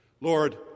Lord